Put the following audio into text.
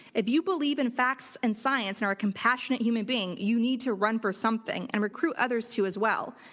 if you believe in facts and science and are a compassionate human being, you need to run for something and recruit others to as well.